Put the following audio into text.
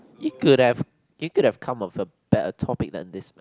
it could have it could have come of the better topics than this man